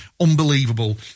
unbelievable